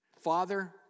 Father